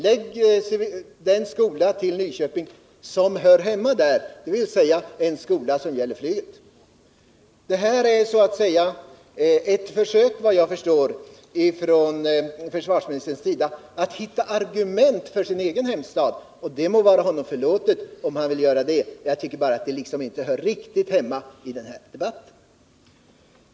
Lägg den skola till Nyköping som hör hemma där, dvs. en skola som gäller flyget! Det här är, vad jag förstår, ett försök av försvarsministern att hitta argument för sin egen hemstad. Och det må vara honom förlåtet, men jag tycker inte att det hör hemma i denna debatt.